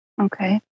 Okay